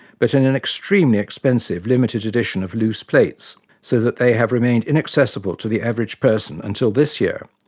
but in an extremely expensive limited edition of loose plates, so that they have remained inaccessible to the average person until this year,